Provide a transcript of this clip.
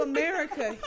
America